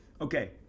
okay